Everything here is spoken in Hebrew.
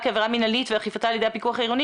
כעבירה מינהלית ואכיפתה על ידי הפיקוח העירוני,